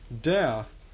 death